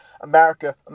America